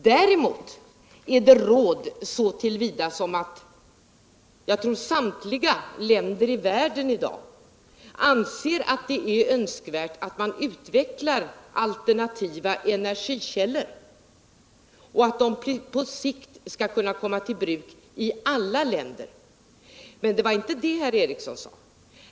Däremot är det i ett avseende fråga om ett råd, nämligen när det gäller något som jag tror att samtliga länder i världen i dag anser vara önskvärt, och det är utvecklandet av alternativa energikällor, som på sikt skall kunna komma till bruk i alla länder. Men det var inte det herr Ericson sade.